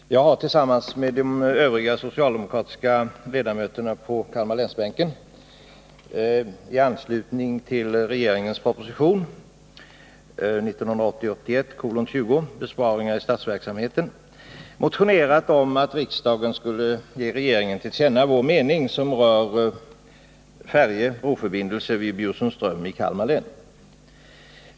Herr talman! Jag har tillsammans med de övriga socialdemokratiska ledamöterna på Kalmarlänsbänken i anslutning till regeringens proposition 1980/81:20 om besparingar i statsverksamheten motionerat om att riksdagen skulle ge regeringen till känna vår mening om färjeresp. broförbindelse vid Bjursundsström i Kalmar län.